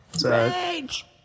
Rage